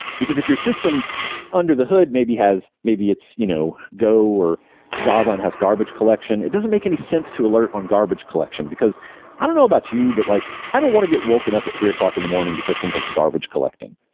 because if your system under the hood maybe has maybe it's you know go, or java and has garbage collection, it doesn't make any sense to alert on garbage collection, because i don't know about you, but like i don't want to get woken up at three zero in the morning because something is garbage collecting.